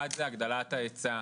אחד זה הגדלת ההיצע.